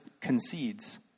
concedes